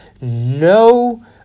No